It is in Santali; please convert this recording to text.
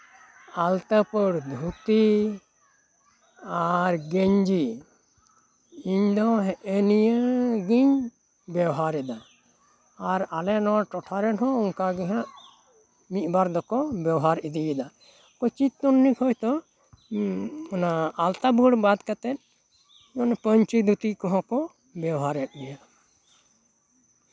ᱟᱞᱛᱟ ᱯᱟᱹᱲ ᱫᱷᱩᱛᱤ ᱟᱨ ᱜᱮᱧᱡᱤ ᱤᱧ ᱫᱚ ᱦᱮᱜᱼᱮ ᱱᱤᱭᱟᱹ ᱜᱤᱧ ᱵᱮᱣᱦᱟᱨ ᱮᱫᱟ ᱟᱨ ᱟᱞᱮ ᱴᱚᱴᱷᱟᱨᱮᱱ ᱦᱚᱸ ᱚᱱᱠᱟ ᱜᱮᱦᱟᱜ ᱢᱤᱫᱵᱟᱨ ᱫᱚᱠᱚ ᱵᱮᱣᱦᱟᱨ ᱤᱫᱤᱭᱮᱫᱟ ᱠᱤᱪᱷᱩ ᱜᱟᱱ ᱦᱚᱭᱛᱳ ᱟᱞᱛᱟ ᱯᱟᱹᱲ ᱵᱟᱫ ᱠᱟᱛᱮᱜ ᱯᱟᱧᱪᱤ ᱫᱷᱩᱛᱤ ᱠᱚᱦᱚᱸ ᱠᱚ ᱵᱮᱣᱦᱟᱨᱮᱫ ᱜᱮᱭᱟ